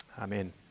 Amen